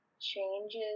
changes